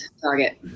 Target